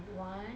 why